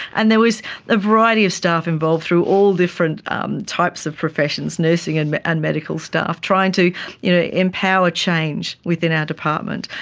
and there was a variety of staff involved through all different types of professions, nursing and and medical staff, trying to you know empower change within our department.